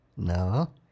No